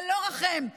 ללא רחם.